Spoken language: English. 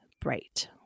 bright